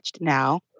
now